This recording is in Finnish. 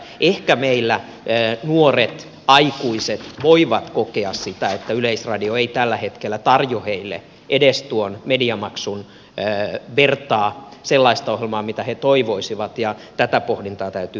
ehkä meillä nuoret aikuiset voivat kokea että yleisradio ei tällä hetkellä tarjoa heille edes tuon mediamaksun vertaa sellaista ohjelmaa mitä he toivoisivat ja tätä pohdintaa täytyy läpi käydä